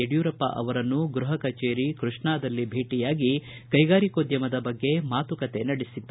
ಯಡಿಯೂರಪ್ಪ ಅವರನ್ನು ಗೃಹಕಚೇರಿ ಕೃಷ್ಣಾದಲ್ಲಿ ಭೇಟಿಯಾಗಿ ಕೈಗಾರಿಕೋದ್ದಮದ ಬಗ್ಗೆ ಮಾತುಕತೆ ನಡೆಸಿದರು